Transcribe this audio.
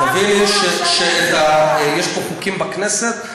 תביני שיש פה חוקים בכנסת.